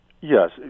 Yes